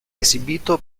esibito